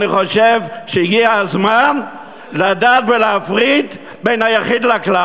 אני חושב שהגיע הזמן לדעת ולהפריד בין היחיד לכלל.